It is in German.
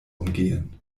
umgehen